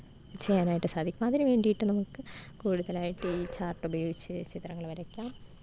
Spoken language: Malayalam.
ചെയ്യാനായിട്ട് സാധിക്കും അതിന് വേണ്ടിയിട്ട് നമുക്ക് കൂടുതൽ ആയിട്ട് ഈ ചാര്ട്ട് ഉപയോഗിച്ച് ചിത്രങ്ങൾ വരയ്ക്കാം